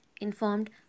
informed